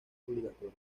obligatorio